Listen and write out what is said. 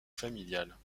familiales